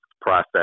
process